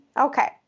Okay